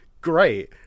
great